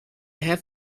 have